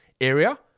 area